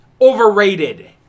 overrated